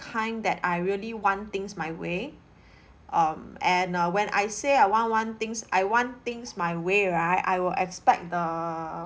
kind that I really want things my way um and uh when I say I want want things I want things my way right I will expect the